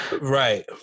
Right